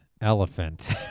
Elephant